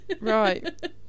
Right